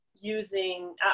using